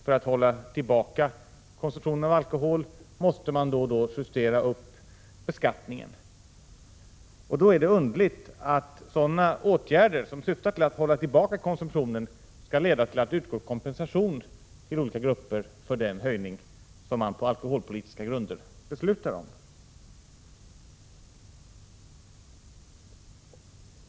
För att hålla tillbaka konsumtionen av alkohol måste beskattningen då och då justeras upp. Det är då underligt att sådana åtgärder som syftar till att hålla tillbaka konsumtionen skall leda till att det utgår kompensation till olika grupper för den höjning som man på alkoholpolitiska grunder beslutar om.